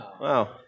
Wow